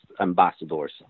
ambassadors